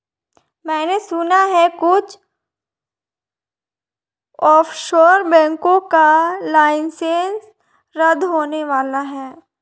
मैने सुना है कुछ ऑफशोर बैंकों का लाइसेंस रद्द होने वाला है